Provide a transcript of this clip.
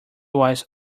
was